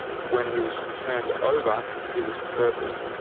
when he was turned over, he was purple.